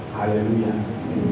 Hallelujah